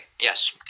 yes